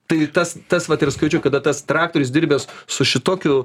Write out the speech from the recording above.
tai tas tas vat ir skaičiau kada tas traktorius dirbęs su šitokiu